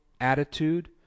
attitude